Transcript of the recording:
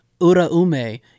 Uraume